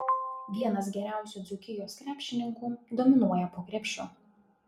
vienas geriausių dzūkijos krepšininkų dominuoja po krepšiu